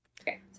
Okay